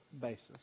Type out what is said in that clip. basis